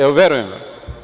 Evo, verujem vam.